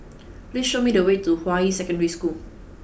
please show me the way to Hua Yi Secondary School